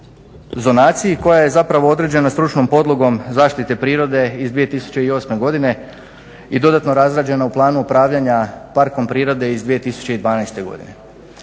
zonaciji koja je određena Stručnom podlogom zaštite prirode iz 2008.godine i dodatno razrađena u Planu upravljanja parkom prirode iz 2012.godine.